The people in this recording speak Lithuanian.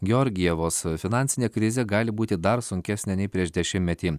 georgievos finansinė krizė gali būti dar sunkesnė nei prieš dešimtmetį